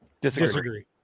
Disagree